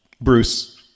Bruce